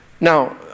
Now